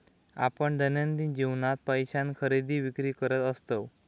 आपण दैनंदिन जीवनात पैशान खरेदी विक्री करत असतव